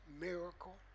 miracle